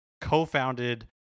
co-founded